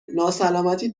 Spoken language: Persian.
ناسلامتی